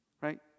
right